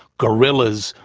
gorillas,